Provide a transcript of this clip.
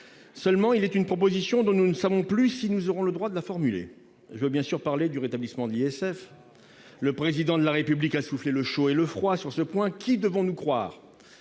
Il en est une, toutefois, dont nous ne savons plus si nous aurons le droit de la formuler. Je veux parler, bien sûr, du rétablissement de l'ISF. Le Président de la République a soufflé le chaud et le froid sur ce point. Qui devons-nous croire ?